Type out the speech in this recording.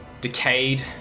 decayed